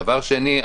דבר שני,